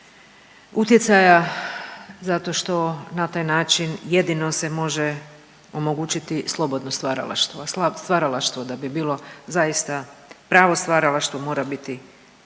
utjecaja zato što na taj način jedino se može omogućiti slobodno stvaralaštvo. A stvaralaštvo da bi bilo zaista pravo stvaralaštvo mora biti